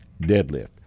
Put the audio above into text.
deadlift